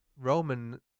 Roman